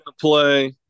play